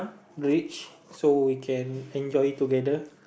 rich so we can enjoy together